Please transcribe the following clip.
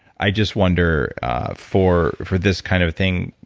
i just wonder for for this kind of thing,